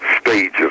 stages